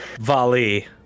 Vali